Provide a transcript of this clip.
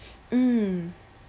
mm